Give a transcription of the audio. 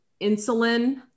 insulin